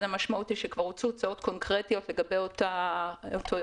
המשמעות היא שכבר הוצאו הוצאות קונקרטיות לגבי אותו אירוע.